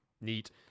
Neat